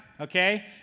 okay